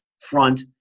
front